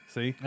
See